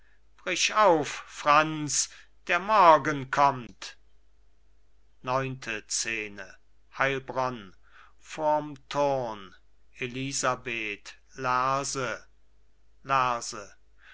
auf franz der morgen kommt elisabeth lerse lerse